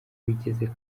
bigeze